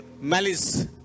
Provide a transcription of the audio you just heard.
malice